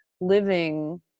living